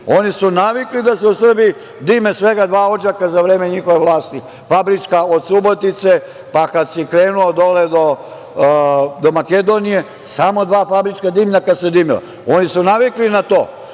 Oni su navikli da se u Srbiji dime svega dva odžaka za vreme njihove vlasti. Od Subotice, pa kad si krenuo dole do Makedonije samo dva fabrička dimnjaka su dimila. Oni su navikli na to. Oni